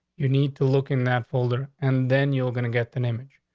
you need to look in that folder and then you're gonna get an image.